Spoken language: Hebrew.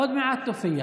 עוד מעט היא תופיע.